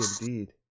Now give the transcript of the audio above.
indeed